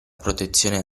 protezione